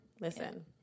Listen